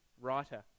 writer